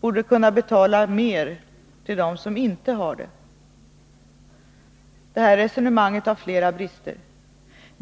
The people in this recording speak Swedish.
borde kunna betala mer till dem som inte har det. Detta resonemang har flera brister.